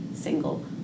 single